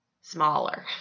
smaller